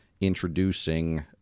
introducing